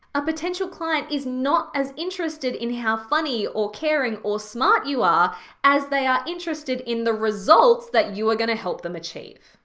a potential client is not as interested in how funny or caring or smart you are as they are interested in the results that you are gonna help them achieve.